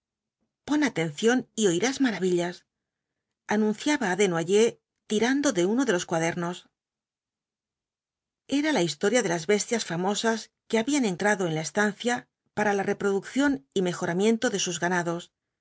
pon atención y oirás maravillas anunciaba á desnoyers tirando de uno de los cuadernos era la historia de las bestias famosas que habían ntrado en la estancia para la reproducción y mejoramiento de sus ganados